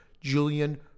Julian